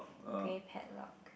grey padlock